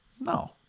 No